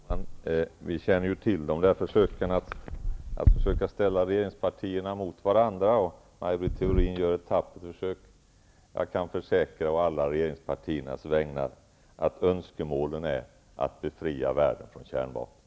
Herr talman! Vi känner till försöken att ställa regeringspartierna mot varandra. Maj Britt Theorin gör här ett tappert försök. Jag kan å alla regeringspartiernas vägnar försäkra om att önskemålen är att befria världen från kärnvapen.